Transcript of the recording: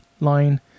line